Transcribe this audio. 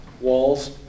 walls